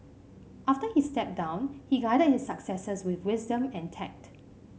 after he stepped down he guided his successors with wisdom and tact